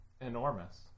enormous